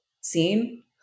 seen